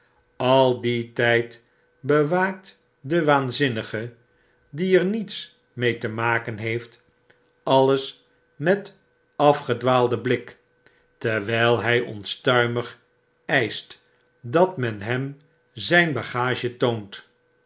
al dien tyd bewaaktde waanzinnige die er niets mee te maken heeft alles met afgedwaalden blik terwyl hy onstuimig eischt dat men hem z y n bagage toont